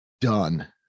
done